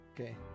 Okay